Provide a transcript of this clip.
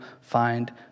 find